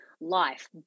life